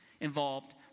involved